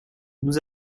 nous